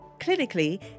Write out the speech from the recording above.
Clinically